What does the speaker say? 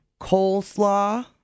Coleslaw